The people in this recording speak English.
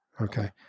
Okay